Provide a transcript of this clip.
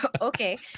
Okay